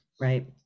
right